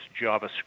JavaScript